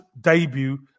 debut